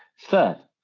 third,